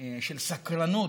של סקרנות,